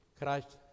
Christ